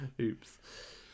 oops